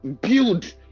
build